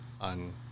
on